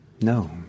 No